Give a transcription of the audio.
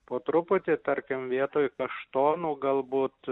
po truputį tarkim vietoj kaštonų galbūt